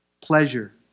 pleasure